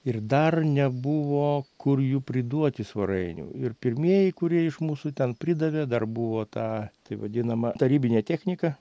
ir dar nebuvo kur jų priduoti svarainių ir pirmieji kurie iš mūsų ten pridavė dar buvo ta taip vadinama tarybinė technika